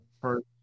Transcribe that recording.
first